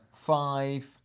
Five